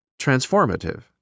Transformative